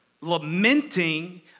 lamenting